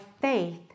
faith